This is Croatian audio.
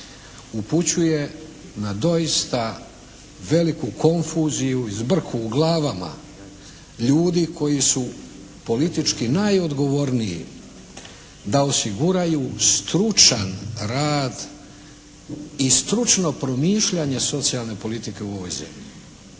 upućuje na doista veliku konfuziju i zbrku u glavama ljudi koji su politički najodgovorniji da osiguraju stručan rad i stručno promišljanje socijalne politike u ovoj zemlji.